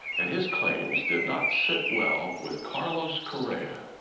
and his claims did not sit well with carlos correa.